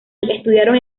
estudiaron